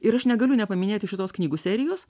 ir aš negaliu nepaminėti šitos knygų serijos